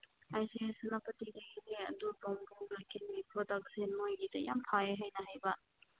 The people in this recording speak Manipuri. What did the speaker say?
ꯑꯩꯁꯤ ꯁꯦꯅꯥꯄꯇꯤꯗꯒꯤꯅꯦ ꯑꯗꯨ ꯕꯝꯕꯨꯒ ꯀꯦꯟꯒꯤ ꯄ꯭ꯔꯗꯛꯁꯤꯡ ꯅꯣꯏꯒꯤꯗ ꯌꯥꯝ ꯐꯩ ꯍꯥꯏꯅ ꯍꯥꯏꯕ